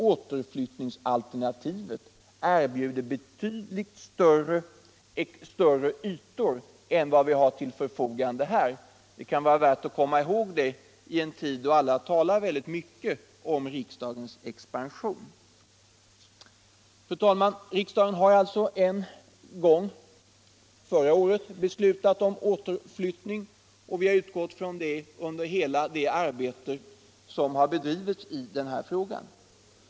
Återflyttningsalternativet erbjuder också betydligt större ytor än vad vi har till förfogande här. Det kan vara värt att komma ihåg det i en tid då alla talar mycket om riksdagens expansion. Riksdagen har alltså förra året beslutat om återflyttning, och man har utgått ifrån det under hela det utredningsarbete som har bedrivits i den här frågan.